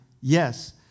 yes